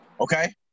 Okay